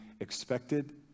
expected